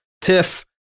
tiff